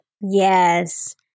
yes